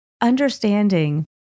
understanding